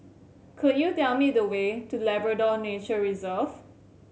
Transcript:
could you tell me the way to Labrador Nature Reserve